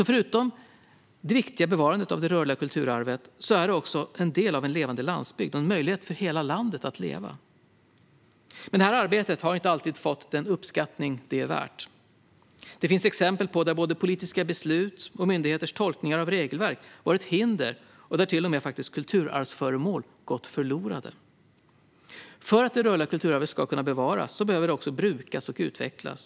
Förutom det viktiga bevarandet av det rörliga kulturarvet är det alltså en del av en levande landsbygd och en möjlighet för hela landet att leva. Men detta arbete har inte alltid fått den uppskattning det är värt. Det finns exempel där politiska beslut och myndigheters tolkningar av regelverk har varit hinder och där kulturarvsföremål till och med gått förlorade. För att det rörliga kulturarvet ska kunna bevaras behöver det brukas och utvecklas.